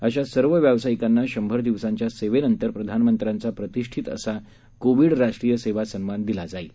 अशा सर्व व्यावसायिकांना शंभर दिवसांच्या सेवेनंतर प्रधानमंत्र्यांचा प्रतिष्ठित असा कोविड राष्ट्रीय सेवा सन्मान दिला जाईल